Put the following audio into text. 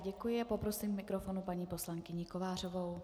Děkuji a poprosím k mikrofonu paní poslankyni Kovářovou.